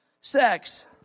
sex